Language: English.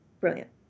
brilliant